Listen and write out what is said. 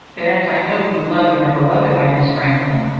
but as i know you love and are beloved by miss franklin,